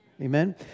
Amen